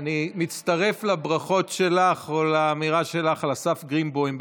אני מצטרף לברכות שלך או לאמירה שלך על אסף גרינבוים,